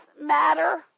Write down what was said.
matter